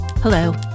Hello